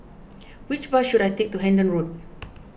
which bus should I take to Hendon Road